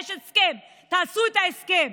יש הסכם, תעשו את ההסכם.